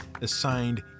assigned